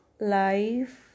life